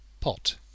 Pot